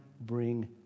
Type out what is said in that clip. bring